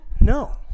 No